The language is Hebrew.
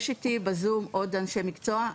יש איתי בזום עוד אנשי מקצוע,